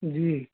जी